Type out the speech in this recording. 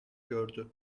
gördü